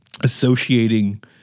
associating